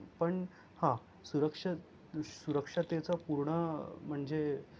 पण हां सुरक्षा सुरक्षेचा पूर्ण म्हणजे